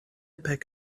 peck